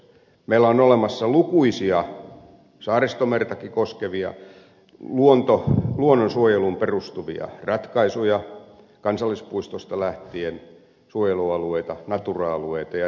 meillä on olemassa lukuisia saaristomertakin koskevia luonnonsuojeluun perustuvia ratkaisuja kansallispuistosta lähtien suojelualueita natura alueita ja niin edelleen